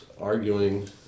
arguing